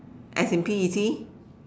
as in P E T